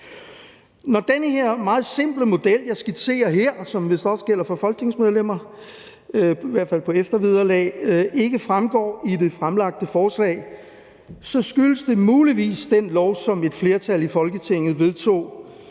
når det gælder eftervederlag – ikke fremgår i det fremlagte forslag, skyldes det muligvis den lov, som et flertal i Folketinget vedtog